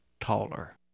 taller